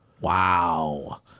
Wow